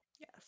Yes